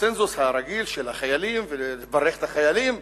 הקונסנזוס הרגיל של החיילים, ולברך את החיילים.